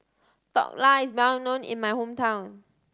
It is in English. Dhokla is well known in my hometown